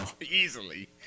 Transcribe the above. Easily